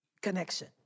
Connection